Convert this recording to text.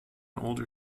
older